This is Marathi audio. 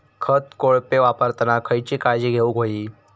खत कोळपे वापरताना खयची काळजी घेऊक व्हयी?